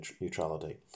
neutrality